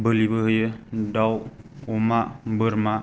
बोलिबो होयो दाउ अमा बोरमा